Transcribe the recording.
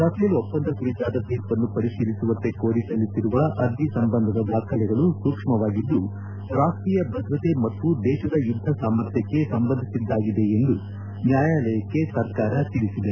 Rafale ಒಪ್ಪಂದ ಕುರಿತಾದ ಶೀರ್ಷನ್ನು ಪರಿಶೀಲಿಸುವಂತೆ ಕೋರಿ ಸಲ್ಲಿಸಿರುವ ಅರ್ಜಿ ಸಂಬಂಧದ ದಾಖಲೆಗಳು ಸೂಕ್ಷ್ಮವಾಗಿದ್ದು ರಾಷ್ಟೀಯ ಭದ್ರತೆ ಮತ್ತು ದೇಶದ ಯುದ್ದ ಸಾಮರ್ಥ್ಯಕ್ಕೆ ಸಂಬಂಧಿಸಿದ್ದಾಗಿದೆ ಎಂದು ನ್ಯಾಯಾಲಯಕ್ಕೆ ಸರ್ಕಾರ ತಿಳಿಸಿದೆ